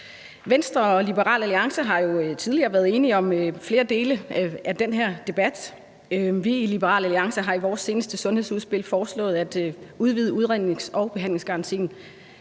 Venstre og Liberal Alliance har jo tidligere været enige om flere dele af den her debat. Vi i Liberal Alliance har i vores seneste sundhedsudspil foreslået at udvide udrednings- og behandlingsgarantien